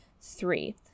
three